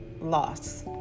loss